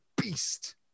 beast